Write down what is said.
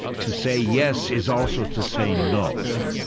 to say yes is also to say no.